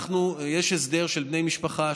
יש הסדר לבני משפחה,